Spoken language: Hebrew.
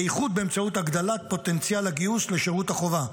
בייחוד באמצעות הגדלת פוטנציאל הגיוס לשירות החובה.